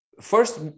first